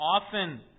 often